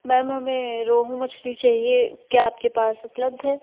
ma'am हमें रोहू मछली चाहिए क्या आपके पास उपलब्ध है